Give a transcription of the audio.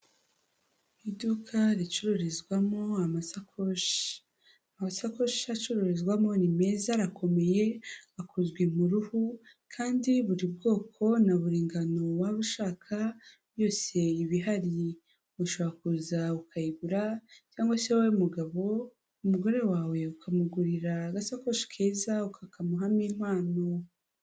Iduka ricururizwamo amasakoshi, amasakoshi acururizwamo ni meza arakomeye, akozwu ruhu kandi buri bwoko na buri ngano waba ushaka yose iba ihari ushobora kuza ukayigura cyangwa se wowe mugabo umugore wawe ukamugurira agasakoshi keza ukakamuhamo impano.